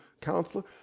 counselor